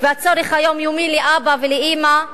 והצורך היומיומי לאבא ולאמא,